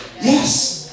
Yes